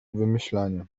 wymyślanie